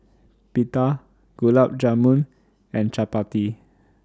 Pita Gulab Jamun and Chapati